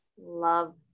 love